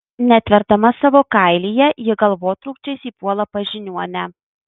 netverdama savo kailyje ji galvotrūkčiais įpuola pas žiniuonę